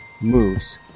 moves